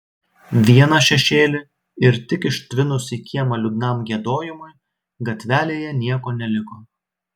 vieną šešėlį ir tik ištvinus į kiemą liūdnam giedojimui gatvelėje nieko neliko